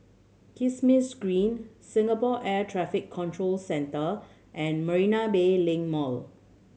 Kismis Green Singapore Air Traffic Control Centre and Marina Bay Link Mall